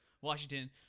Washington